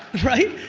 right?